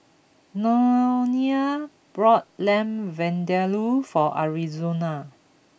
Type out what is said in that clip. Nonie brought Lamb Vindaloo for Arizona